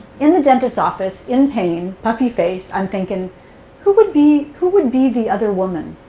in the dentist's office, in pain, puffy face, i'm thinking who would be who would be the other woman?